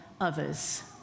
others